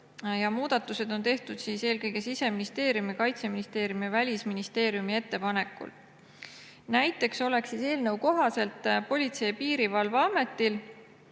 Muudatused on tehtud eelkõige Siseministeeriumi, Kaitseministeeriumi ja Välisministeeriumi ettepanekul. Näiteks oleks eelnõu kohaselt Politsei- ja Piirivalveametil